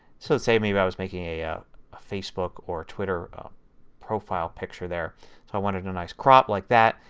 so say maybe i was making a yeah facebook or twitter profile picture there. so i wanted a nice crop like that.